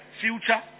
future